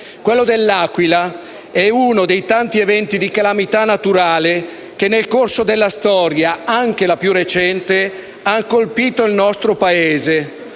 Quello dell'Aquila è uno dei tanti eventi di calamità naturale che nel corso della storia, anche la più recente, hanno colpito il nostro Paese.